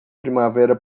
primavera